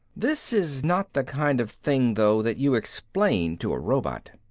this is not the kind of thing, though, that you explain to a robot.